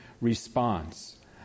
response